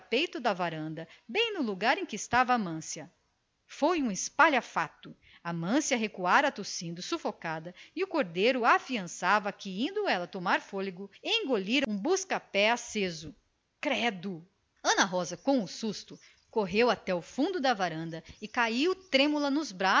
rebordo da varanda bem junto ao lugar em que estava amância credo fez-se um espalhafato a velha pulou para trás tossindo sufocada e o cordeiro afiançava que indo ela tomar fôlego engolira um busca pé aceso ana rosa com o susto correu até ao lado oposto da varanda onde não chegava claridade e caiu trêmula nos